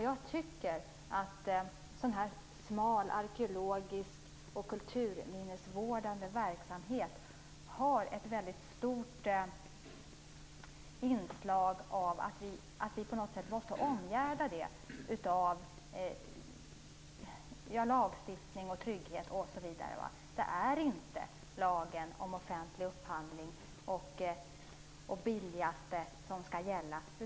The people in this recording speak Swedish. Jag tycker att en sådan här smal arkeologisk och kulturminnesvårdande verksamhet har ett stort inslag av att vi på något sätt måste omgärda det med lagstiftning och trygghet. Det är inte lagen om offentlig upphandling och det billigaste som skall gälla.